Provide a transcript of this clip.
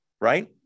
right